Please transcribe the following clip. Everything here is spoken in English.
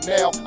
Now